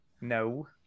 no